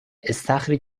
استخری